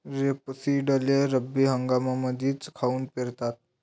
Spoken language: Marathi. रेपसीडले रब्बी हंगामामंदीच काऊन पेरतात?